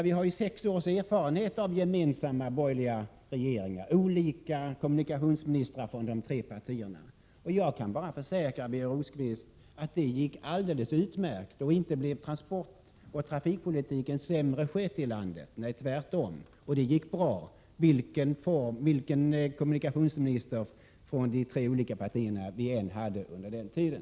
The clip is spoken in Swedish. Vi har dock sex års erfarenhet av gemensamma borgerliga regeringar, med olika kommunikationsministrar från de tre partierna, och jag kan försäkra Birger Rosqvist att det gick alldeles utmärkt. Och inte blev transportoch trafikpolitiken sämre skött här i landet — nej, tvärtom. Det gick bra, vilken kommunikationsminister från de tre partierna vi än hade under den tiden.